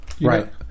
right